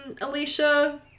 Alicia